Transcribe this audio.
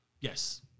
Yes